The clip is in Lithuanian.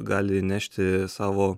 gali įnešti savo